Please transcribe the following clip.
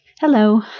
Hello